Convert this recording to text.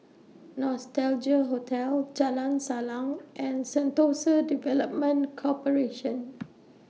Nostalgia Hotel Jalan Salang and Sentosa Development Corporation